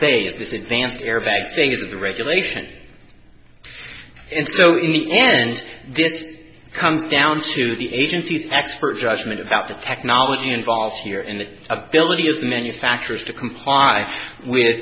phase this advanced airbag thing is the regulation and so in the end this comes down to the agency expert judgment about the technology involved here and it ability of manufacturers to comply with